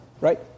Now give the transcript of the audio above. Right